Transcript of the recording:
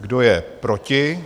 Kdo je proti?